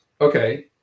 Okay